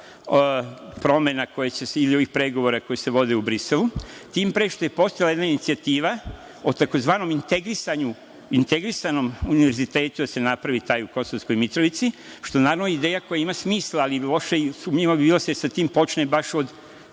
promena ili ovih pregovora koji se vode u Briselu? Tim pre što je postojala jedna inicijativa o tzv. integrisanom univerzitetu da se napravi taj u Kosovskoj Mitrovici, što je, naravno, ideja koja ima smisla, ali loše i sumnjivo bi bilo da se sa tim počne baš od